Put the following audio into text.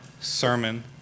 sermon